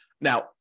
Now